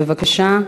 בבקשה,